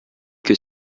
que